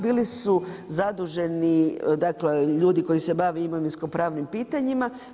Bili su zaduženi, dakle ljudi koji se bave imovinsko-pravnim pitanjima.